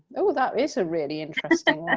oh that is a really interesting